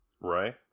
Right